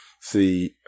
See